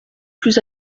plus